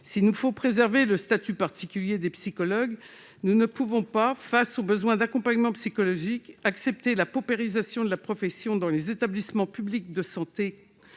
S'il nous faut préserver le statut particulier des psychologues, nous ne pouvons pas, face au besoin d'accompagnement psychologique, accepter la paupérisation de cette profession souffrant déjà d'un